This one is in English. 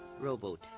rowboat